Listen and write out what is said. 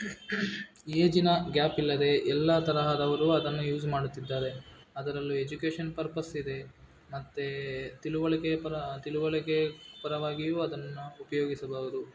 ಏಜಿನ ಗ್ಯಾಪಿಲ್ಲದೆ ಎಲ್ಲ ತರಹದವರು ಅದನ್ನು ಯೂಸ್ ಮಾಡುತ್ತಿದ್ದಾರೆ ಅದರಲ್ಲೂ ಎಜುಕೇಷನ್ ಪರ್ಪಸ್ ಇದೆ ಮತ್ತೆ ತಿಳುವಳಿಕೆ ಪರ ತಿಳುವಳಿಕೆ ಪರವಾಗಿಯೂ ಅದನ್ನು ಉಪಯೋಗಿಸಬಹುದು